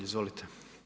Izvolite.